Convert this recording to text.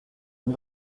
une